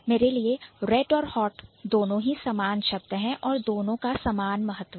मेरे लिए Red और Hot दोनों ही समान शब्द है और दोनों का समान महत्व है